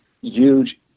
huge